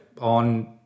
on